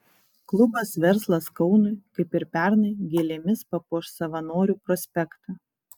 klubas verslas kaunui kaip ir pernai gėlėmis papuoš savanorių prospektą